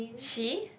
she